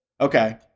Okay